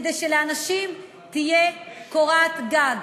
כדי שלאנשים תהיה קורת גג.